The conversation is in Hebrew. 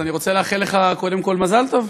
אז אני רוצה לאחל לך קודם כול מזל טוב.